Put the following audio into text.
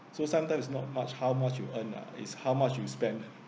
so sometimes it's not much how much you earn ah is how much you spend